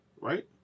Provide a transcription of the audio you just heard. right